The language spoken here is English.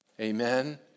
Amen